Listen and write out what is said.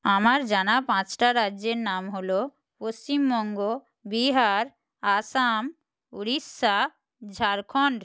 আমার জানা পাঁচটা রাজ্যের নাম হলো পশ্চিমবঙ্গ বিহার আসাম উড়িষ্যা ঝাড়খন্ড